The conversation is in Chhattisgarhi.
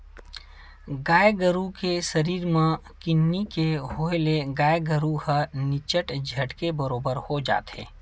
गाय गरु के सरीर म किन्नी के होय ले गाय गरु ह निच्चट झटके बरोबर हो जाथे